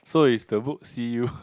so is the book see you